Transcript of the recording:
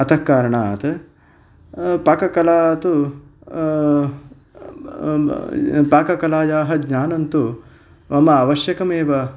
अतः कारणात् पाककला तु पाककलायाः ज्ञानन्तु मम आवश्यकम् एव